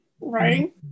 right